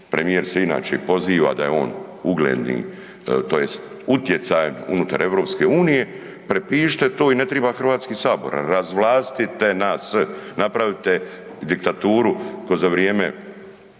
premijer se i inače poziva da je on ugledni, tj. utjecajan unutar EU, prepišite to i ne triba Hrvatski sabor. Razvlastite nas, napravite diktaturu kao za vrijeme